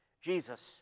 Jesus